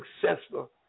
successful